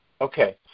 okay